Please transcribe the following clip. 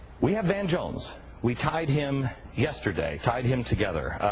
we have ben jones we tied him yesterday tied him together ah.